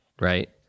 right